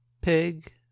pig